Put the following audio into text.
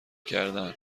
کردن